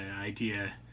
idea